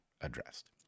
addressed